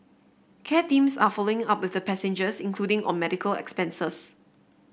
care teams are following up with the passengers including on medical expenses